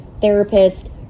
therapist